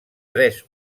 tres